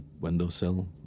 windowsill